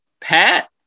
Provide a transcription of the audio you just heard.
Pat